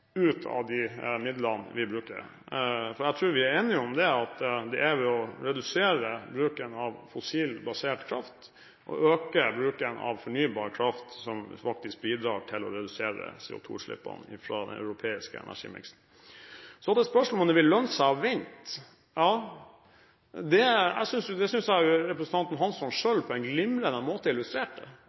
ut av de midlene vi bruker, for jeg tror vi er enig om at det er ved å redusere bruken av fossilt basert kraft og øke bruken av fornybar kraft vi faktisk bidrar til å redusere CO2-utslippene fra den europeiske energimiksen. Så til spørsmålet om det vil lønne seg å vente: Ja, det synes jeg representanten Hansson selv på en glimrende måte illustrerte. Det